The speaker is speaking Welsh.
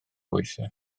weithiau